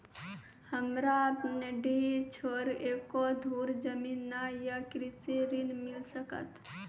हमरा डीह छोर एको धुर जमीन न या कृषि ऋण मिल सकत?